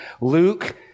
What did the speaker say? Luke